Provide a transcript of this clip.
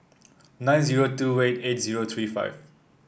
nine zero two eight eight zero three five